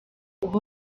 uhora